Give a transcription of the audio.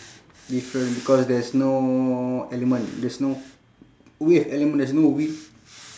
different because there's no element there's no wave element there's no wave